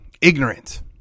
ignorant